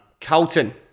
Colton